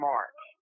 March